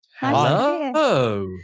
hello